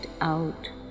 out